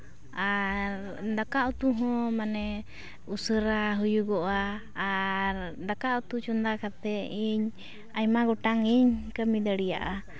ᱟᱨ ᱫᱟᱠᱟ ᱩᱛᱩ ᱦᱚᱸ ᱢᱟᱱᱮ ᱩᱥᱟᱹᱨᱟ ᱦᱩᱭᱩᱜᱚᱜᱼᱟ ᱟᱨ ᱫᱟᱠᱟ ᱩᱛᱩ ᱪᱚᱸᱫᱟ ᱠᱟᱛᱮᱫ ᱤᱧ ᱟᱭᱢᱟ ᱜᱚᱴᱟᱝ ᱜᱤᱧ ᱠᱟᱹᱢᱤ ᱫᱟᱲᱮᱭᱟᱜᱼᱟ